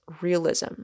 realism